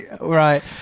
Right